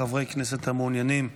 חברי כנסת המעוניינים להירשם,